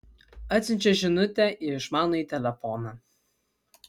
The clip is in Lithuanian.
atsiunčia žinutę į išmanųjį telefoną